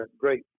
great